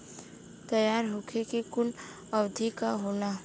तैयार होखे के कूल अवधि का होला?